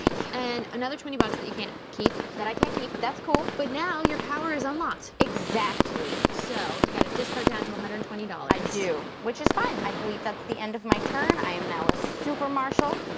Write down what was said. and another twenty bucks that you can't keep. that i can't keep, that's cool. but now your power is unlocked. exactly. so, you gotta discard down to a one hundred twenty dollars. i do, which is fine. i believe that's the end of my turn, i am now a super marshal,